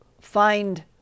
find